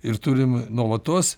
ir turim nuolatos